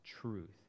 truth